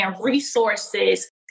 resources